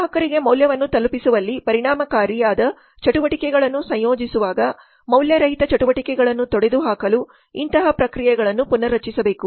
ಗ್ರಾಹಕರಿಗೆ ಮೌಲ್ಯವನ್ನು ತಲುಪಿಸುವಲ್ಲಿ ಪರಿಣಾಮಕಾರಿ ಮತ್ತು ಪರಿಣಾಮಕಾರಿಯಾದ ಚಟುವಟಿಕೆಗಳನ್ನು ಸಂಯೋಜಿಸುವಾಗ ಮೌಲ್ಯರಹಿತ ಚಟುವಟಿಕೆಗಳನ್ನು ತೊಡೆದುಹಾಕಲು ಇಂತಹ ಪ್ರಕ್ರಿಯೆಗಳನ್ನು ಪುನರ್ರಚಿಸಬೇಕು